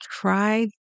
try